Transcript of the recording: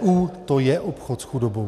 EU to je obchod s chudobou.